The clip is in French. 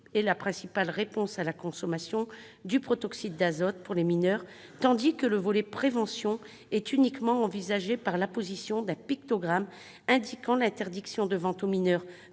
est la principale réponse à la consommation du protoxyde d'azote par les mineurs, tandis que le volet préventif est uniquement envisagé par l'apposition d'un pictogramme indiquant l'interdiction de vente aux mineurs